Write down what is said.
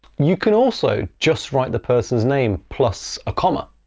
you can also just write the person's name plus a comma.